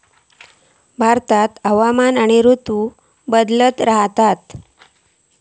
भारतात हवामान आणि ऋतू बदलत रव्हतत